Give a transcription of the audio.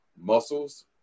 muscles